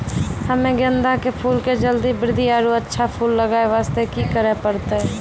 हम्मे गेंदा के फूल के जल्दी बृद्धि आरु अच्छा फूल लगय वास्ते की करे परतै?